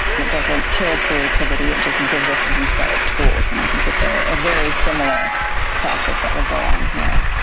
and it doesn't kill creativity, it just gives us a new set of tools. and i think it's a very similar process that will go on here.